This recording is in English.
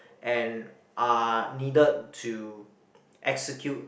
and are needed to execute